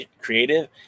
creative